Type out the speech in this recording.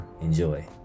Enjoy